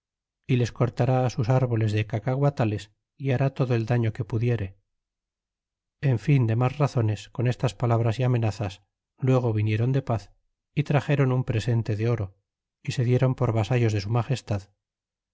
e les cortara sus árboles de cacaguatales y hará todo el dalo que pudiere en fin de mas razones con estas palabras y amenazas luego vinieron de paz y traxeron un presente de oro y se dieron por vasallos de su magestad